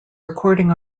recording